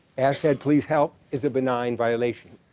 asshead. please help is a benign violation.